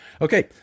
Okay